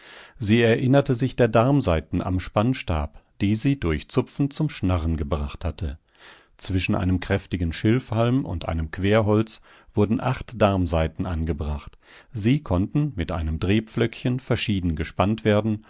sie erinnerte sich der darmsaiten am spannstab die sie durch zupfen zum schnarren gebracht hatte zwischen einem kräftigen schilfhalm und einem querholz wurden acht darmsaiten angebracht sie konnten mit einem drehpflöckchen verschieden gespannt werden